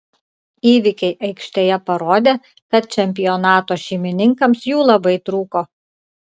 įvykiai aikštėje parodė kad čempionato šeimininkams jų labai trūko